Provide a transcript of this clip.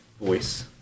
voice